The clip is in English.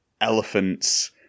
elephants